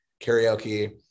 karaoke